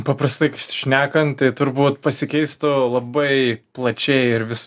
paprastai šnekant tai turbūt pasikeistų labai plačiai ir vis